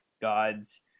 gods